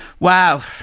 Wow